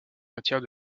matière